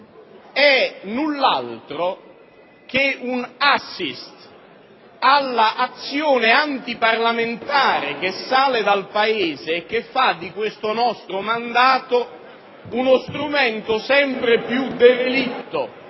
è null'altro che un *assist* all'azione antiparlamentare che sale dal Paese e che fa di questo nostro mandato uno strumento sempre più derelitto.